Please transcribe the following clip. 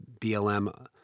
BLM